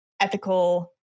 ethical